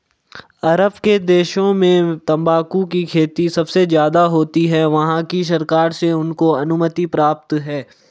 अरब के देशों में तंबाकू की खेती सबसे ज्यादा होती है वहाँ की सरकार से उनको अनुमति प्राप्त है